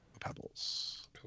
Pebbles